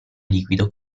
liquido